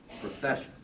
Profession